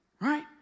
Right